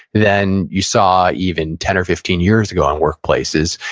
then, you saw, even ten or fifteen years ago on workplaces.